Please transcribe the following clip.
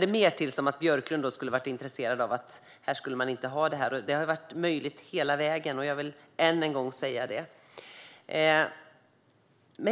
lät som att Björklund skulle ha varit intresserad av att man inte skulle ha den möjligheten. Det har varit möjligt hela vägen. Jag vill än en gång säga det.